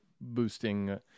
boosting